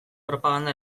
propaganda